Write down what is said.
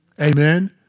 Amen